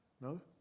No